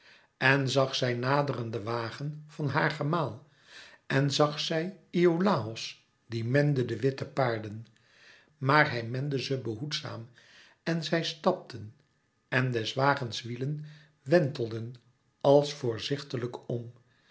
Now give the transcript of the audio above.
en zag zij naderen den wagen van haar gemaal en zag zij iolàos die mende de witte paarden maar hij mende ze behoedzaam en zij stapten en des wagens wielen wentelden als voorzichtiglijk om